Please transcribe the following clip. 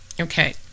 Okay